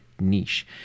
niche